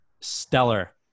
stellar